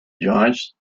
giants